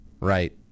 right